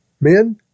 Men